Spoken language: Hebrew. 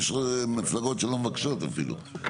יש מפלגות שלא מבקשות אפילו.